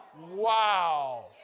wow